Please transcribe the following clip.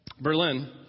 Berlin